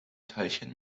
teilchen